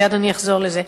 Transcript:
מייד אני אחזור לזה.